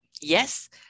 Yes